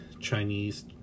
Chinese